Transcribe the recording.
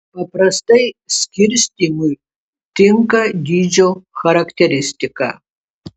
paprastai skirstymui tinka dydžio charakteristika